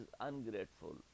ungrateful